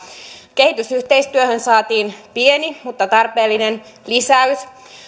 kehitysyhteistyöhön saatiin pieni mutta tarpeellinen lisäys